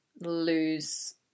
lose